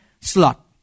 slot